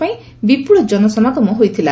ପାଇଁ ବିପୁଳ ଜନସମାଗମ ହୋଇଥିଲା